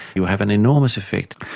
you have an enormous effect.